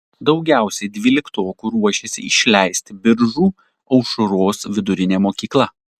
daugiausiai dvyliktokų ruošiasi išleisti biržų aušros vidurinė mokykla